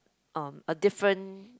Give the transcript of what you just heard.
um a different